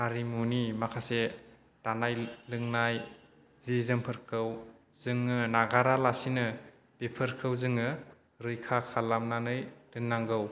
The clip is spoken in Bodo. हारिमुनि माखासे दानाय लुनाय जि जोमफोरखौ जोङो नागारा लासिनो बिफोरखौ जोङो रैखा खालामनानै दोननांगौ